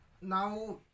now